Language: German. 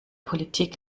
politik